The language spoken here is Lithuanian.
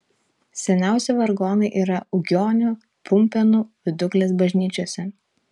seniausi vargonai yra ugionių pumpėnų viduklės bažnyčiose